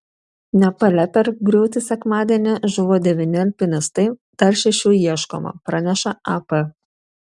nepale per griūtį sekmadienį žuvo devyni alpinistai dar šešių ieškoma praneša ap